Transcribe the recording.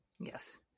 Yes